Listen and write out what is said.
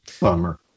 Bummer